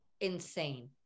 insane